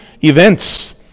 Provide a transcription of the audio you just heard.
events